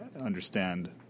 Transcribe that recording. understand